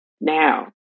Now